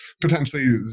potentially